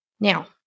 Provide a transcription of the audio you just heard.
Now